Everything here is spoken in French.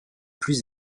plus